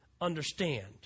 understand